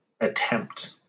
attempt